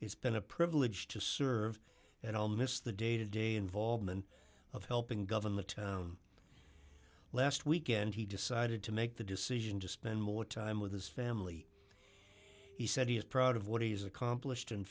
it's been a privilege to serve and i'll miss the day to day involvement of helping govern the town last weekend he decided to make the decision to spend more time with his family he said he is proud of what he's accomplished and